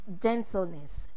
gentleness